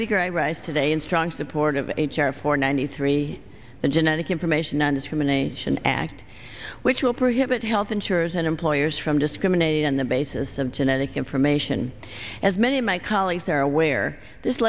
i rise today in strong support of h r four ninety three the genetic information nondiscrimination act which will prohibit health insurers and employers from discriminating on the basis of genetic information as many of my colleagues are aware this